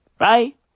Right